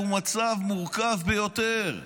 הוא מצב מורכב ביותר.